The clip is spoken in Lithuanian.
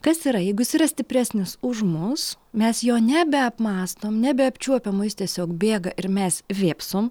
kas yra jeigu jis yra stipresnis už mus mes jo nebeapmąstom nebeapčiuopiam o jis tiesiog bėga ir mes vėpsom